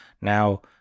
Now